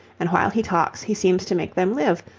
and while he talks he seems to make them live,